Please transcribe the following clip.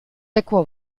aequo